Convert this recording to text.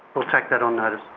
we'll take that on notice.